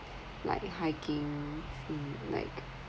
like hiking like